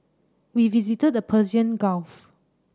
we visited the Persian Gulf